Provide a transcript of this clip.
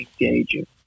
engaging